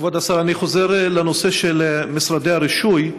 כבוד השר, אני חוזר לנושא של משרדי הרישוי.